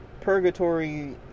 purgatory